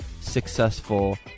successful